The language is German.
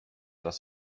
das